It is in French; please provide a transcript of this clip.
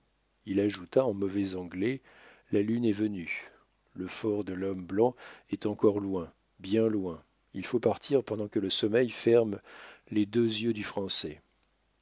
il ajouta en mauvais anglais la lune est venue le fort de l'homme blanc est encore loin bien loin il faut partir pendant que le sommeil ferme les deux yeux du français